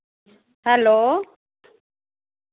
hello